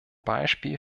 beispiel